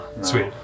Sweet